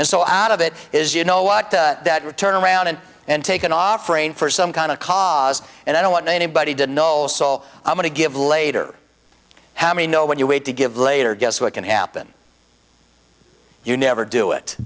and so out of it is you know what that return around and and taken off rain for some kind of cause and i don't want anybody to know a soul i'm going to give later how me know what you wait to give later guess what can happen you never do it